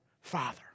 father